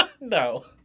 No